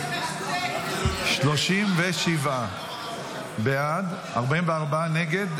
37 בעד, 44 נגד.